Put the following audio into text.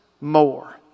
more